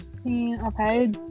Okay